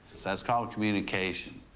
that's called communication.